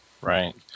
right